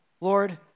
Lord